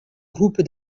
groupe